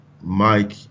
mike